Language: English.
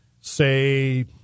say